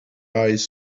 eyes